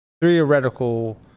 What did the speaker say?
theoretical